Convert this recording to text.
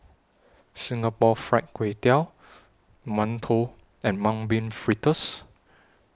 Singapore Fried Kway Tiao mantou and Mung Bean Fritters